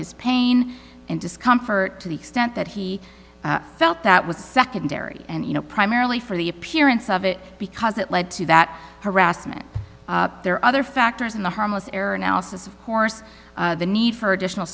his pain and discomfort to the extent that he felt that was secondary and you know primarily for the appearance of it because it led to that harassment there are other factors in the harmless error analysis of course the need for additional